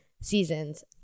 seasons